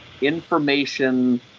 information